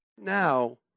now